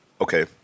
Okay